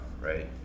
right